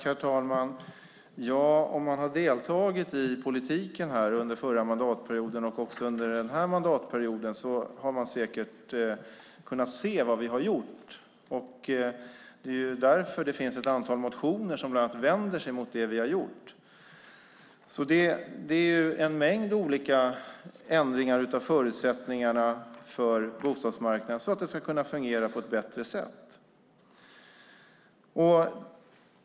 Herr talman! Om man har deltagit i politiken under den förra och den här mandatperioden har man säkert kunnat se vad vi har gjort. Därför finns det ett antal motioner som vänder sig mot det vi har gjort. Det är en mängd ändringar av förutsättningarna för bostadsmarknaden för att den ska kunna fungera bättre.